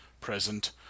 present